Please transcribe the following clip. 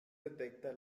detecta